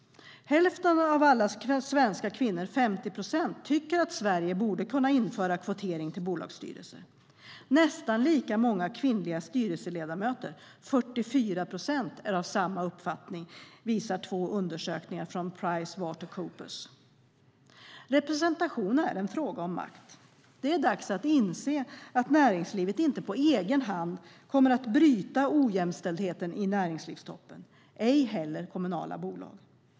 Hälften av alla svenska kvinnor, 50 procent, tycker att Sverige borde kunna införa kvotering till bolagsstyrelser. Nästan lika många kvinnliga styrelseledamöter, 44 procent, är av samma uppfattning. Det visar två undersökningar från Pricewaterhouse Coopers. Representation är en fråga om makt. Det är dags att inse att näringslivet inte på egen hand kommer att bryta ojämställdheten i näringslivstoppen - ej heller kommunala bolag.